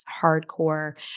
hardcore